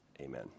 Amen